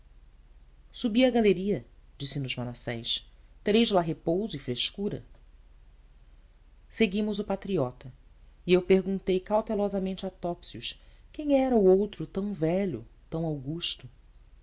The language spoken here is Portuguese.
subi à galeria disse-nos manassés tereis lá repouso e frescura seguimos o patriota e eu perguntei cautelosamente a topsius quem era o outro tão velho tão augusto